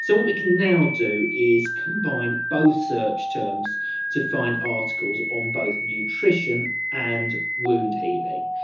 so what we can now do is combine both search terms to find articles on both nutrition and wound healing.